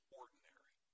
ordinary